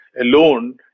alone